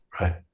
right